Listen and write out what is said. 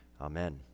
Amen